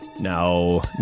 No